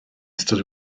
ystod